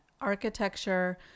architecture